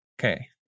Okay